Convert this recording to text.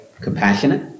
compassionate